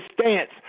stance